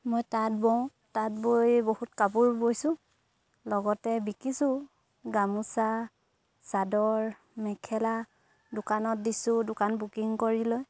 মই তাঁত বওঁ তাঁত বৈ বহুত কাপোৰ বৈছোঁ লগতে বিকিছোঁও গামোচা চাদৰ মেখেলা দোকানত দিছোঁ দোকান বুকিং কৰি লৈ